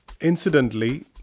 incidentally